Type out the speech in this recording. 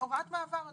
הוראת מעבר למעשה.